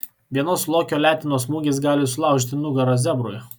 vienos lokio letenos smūgis gali sulaužyti nugarą zebrui